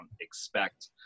expect